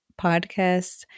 podcast